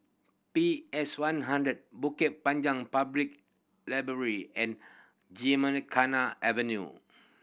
P S One hundred Bukit Panjang Public Library and Gymkhana Avenue